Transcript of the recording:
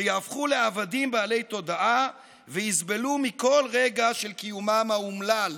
שיהפכו לעבדים בעלי תודעה ויסבלו מכל רגע של קיומם האומלל.